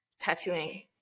tattooing